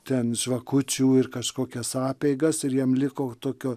ten žvakučių ir kažkokias apeigas ir jiem liko tokio